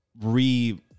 re